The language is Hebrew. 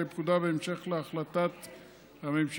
גם חברת הכנסת יעל גרמן מבקשת את תמיכתה,